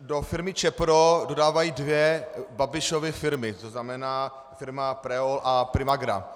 do firmy Čepro dodávají dvě Babišovy firmy, to znamená firma Preol a Primagra.